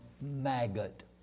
maggot